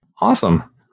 Awesome